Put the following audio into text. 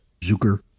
Zucker